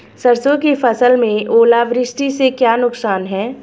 सरसों की फसल में ओलावृष्टि से क्या नुकसान है?